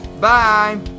Bye